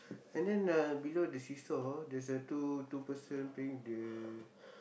and then uh below the seesaw there's a two two person playing with the